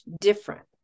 different